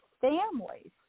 families